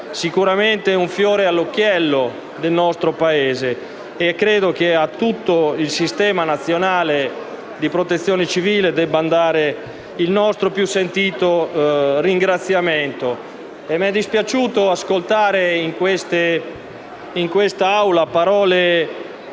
internazionale, un fiore all'occhiello del nostro Paese. Credo che a tutto il sistema nazionale di Protezione civile debba andare il nostro più sentito ringraziamento. Mi è dispiaciuto ascoltare in quest'Assemblea parole